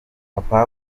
papa